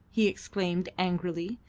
he exclaimed angrily,